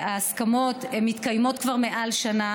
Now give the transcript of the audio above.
שההסכמות מתקיימות כבר מעל שנה.